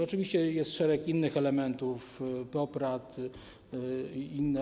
Oczywiście jest szereg innych elementów, Poprad i inne.